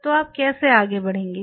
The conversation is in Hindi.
तो आप कैसे आगे बढ़ेंगे